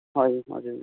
हजुर हजुर